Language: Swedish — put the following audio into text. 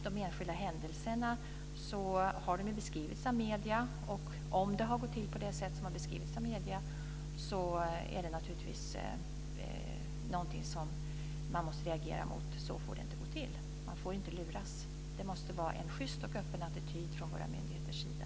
De enskilda händelserna har beskrivits av medierna. Och om det har gått till på det sätt som har beskrivits av medierna så är det naturligtvis någonting som man måste reagera mot. Så får det inte gå till. Man får inte luras. Det måste vara en schyst och öppen attityd från våra myndigheters sida.